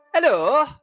Hello